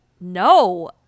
No